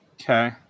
Okay